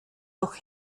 noch